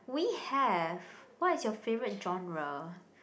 we have what is your favourite genre